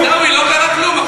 עיסאווי, לא קרה כלום, הכול בסדר.